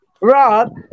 Rob